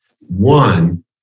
One